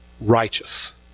righteous